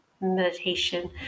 meditation